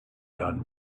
done